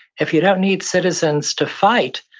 if you don't need citizens to fight,